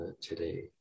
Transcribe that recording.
today